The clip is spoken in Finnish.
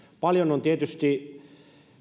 paljon on tietysti